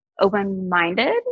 open-minded